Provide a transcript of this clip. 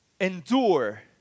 endure